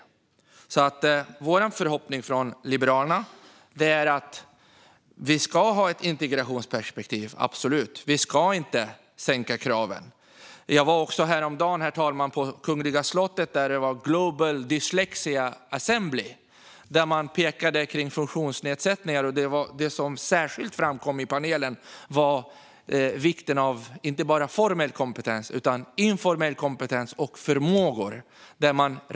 Liberalernas förhoppning är att vi absolut ska ha ett integrationsperspektiv men att vi inte ska sänka kraven. Häromdagen var jag på Kungliga slottet, där det var World Dyslexia Assembly. Man pekade där på funktionsnedsättningar, och det som särskilt framkom i panelen var vikten av inte bara formell kompetens utan också informell kompetens och förmågor.